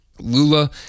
Lula